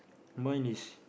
mine is